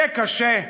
זה קשה,